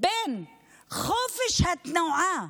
בין חופש התנועה